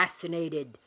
fascinated